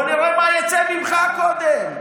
בוא נראה מה יצא ממך קודם.